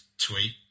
tweet